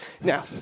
Now